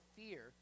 fear